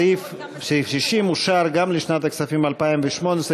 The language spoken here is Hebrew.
סעיף 60 אושר גם לשנת הכספים 2018,